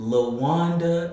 Lawanda